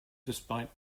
despite